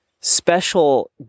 special